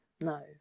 no